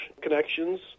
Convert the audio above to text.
connections